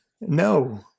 No